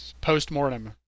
Post-mortem